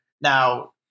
Now